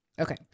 Okay